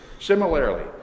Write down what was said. Similarly